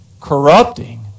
corrupting